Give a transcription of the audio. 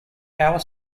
power